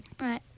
Right